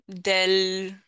del